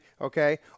okay